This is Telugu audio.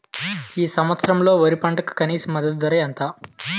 ఈ సంవత్సరంలో వరి పంటకు కనీస మద్దతు ధర ఎంత?